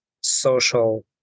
social